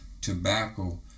tobacco